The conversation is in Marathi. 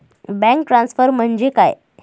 बँक ट्रान्सफर म्हणजे काय?